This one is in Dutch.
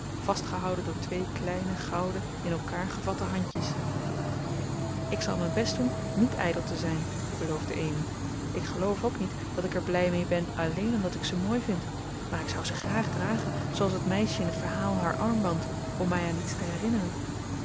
vastgehouden door twee kleine gouden in elkander gevatte handjes ik zal mijn best doen niet ijdel te zijn beloofde amy ik geloof ook niet dat ik er blij mee ben alleen omdat ik ze mooi vind maar ik zou ze graag dragen zooals het meisje in het verhaal haar armband om mij aan iets te herinneren